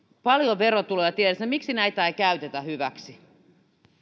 paljon verotuloja tiedossa miksi näitä ei käytetä hyväksi